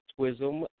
Twism